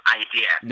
idea